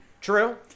True